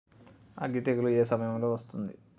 అగ్గి తెగులు ఏ సమయం లో వస్తుంది?